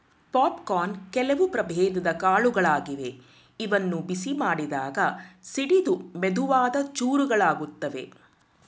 popcorn ಕೆಲವು ಪ್ರಭೇದದ್ ಕಾಳುಗಳಾಗಿವೆ ಇವನ್ನು ಬಿಸಿ ಮಾಡಿದಾಗ ಸಿಡಿದು ಮೆದುವಾದ ಚೂರುಗಳಾಗುತ್ವೆ